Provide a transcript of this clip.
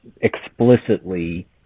explicitly